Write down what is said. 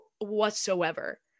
whatsoever